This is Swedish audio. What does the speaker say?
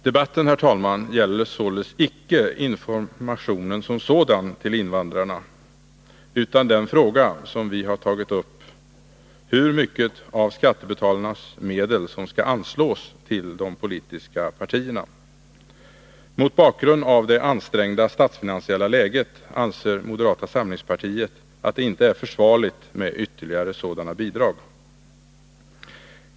Debatten, herr talman, gäller således icke invandrarinformationen som sådan — utan den fråga som vi har tagit upp är hur mycket av skattebetalarnas medel som skall anslås till de politiska partierna. Mot bakgrund av det ansträngda statsfinansiella läget anser moderata samlingspartiet att det inte är försvarligt med ytterligare sådana bidrag.